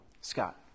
Scott